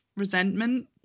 resentment